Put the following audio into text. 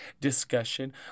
discussion